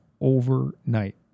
overnight